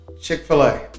Chick-fil-A